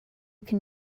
can